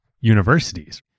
universities